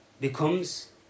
becomes